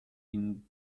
ihn